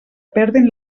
perdin